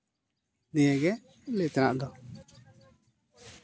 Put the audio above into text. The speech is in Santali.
ᱱᱤᱭᱟᱹᱜᱮ ᱞᱟᱹᱭ ᱛᱮᱱᱟᱜ ᱫᱚ